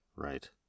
Right